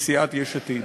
מסיעת יש עתיד.